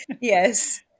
Yes